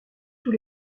tous